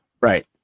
Right